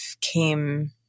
came